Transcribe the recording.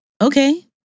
okay